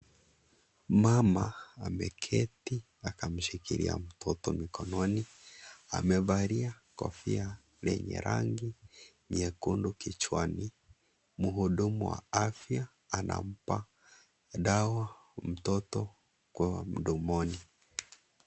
Mama ameketi akamshikilia mtoto mkononi. Amevalia kofia yenye rangi nyekundu kichwani. Mhudumu wa afya anampa mtoto dawa mtoto kwa mdomoni.